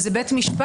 איזה בית משפט,